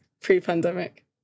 pre-pandemic